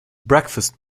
breakfast